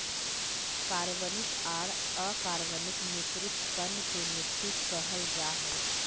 कार्बनिक आर अकार्बनिक मिश्रित कण के मिट्टी कहल जा हई